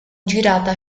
girata